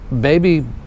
baby